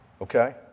okay